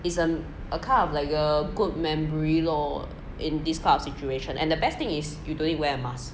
is a kind of like a good memory lor in this kind of situation and the best thing you don't need wear a mask